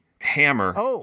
hammer